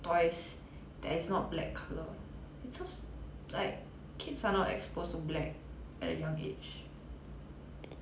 toys that is not black colour it's so~ like kids are not exposed to black at a young age